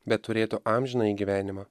bet turėtų amžinąjį gyvenimą